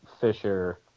Fisher